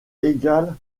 égal